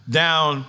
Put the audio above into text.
down